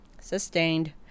Sustained